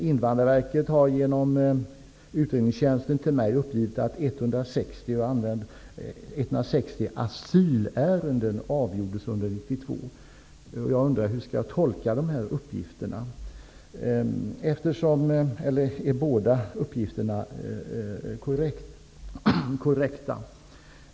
Invandrarverket har genom uredningstjänsten till mig uppgivit att 160 asylärenden avgjordes under 1992. Jag undrar hur jag skall tolka dessa uppgifter. Är båda uppgifterna korrekta?